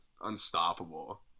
unstoppable